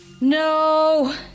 No